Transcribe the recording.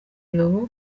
leon